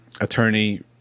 attorney